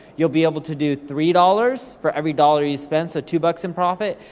you'll be able to do three dollars, for every dollar you spend, so two bucks in profit.